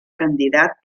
candidat